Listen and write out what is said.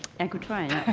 and could try oh,